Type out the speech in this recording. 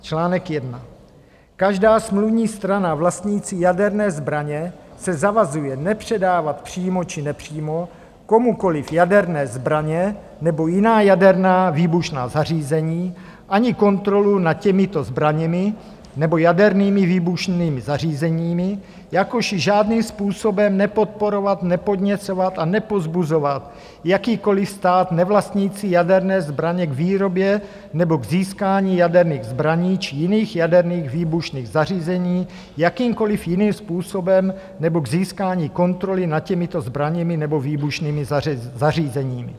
Článek 1: Každá smluvní strana vlastnící jaderné zbraně se zavazuje nepředávat přímo či nepřímo komukoliv jaderné zbraně nebo jiná jaderná výbušná zařízení ani kontrolu nad těmito zbraněmi nebo jadernými výbušnými zařízeními, jakož i žádným způsobem nepodporovat, nepodněcovat a nepovzbuzovat jakýkoliv stát nevlastnící jaderné zbraně k výrobě nebo k získání jaderných zbraní či jiných jaderných výbušných zařízení jakýmkoliv jiným způsobem nebo k získání kontroly nad těmito zbraněmi nebo výbušnými zařízeními.